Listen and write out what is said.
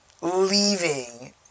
leaving